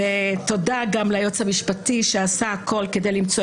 תודה גם ליועץ המשפטי שעשה הכול כדי למצוא